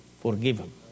forgiven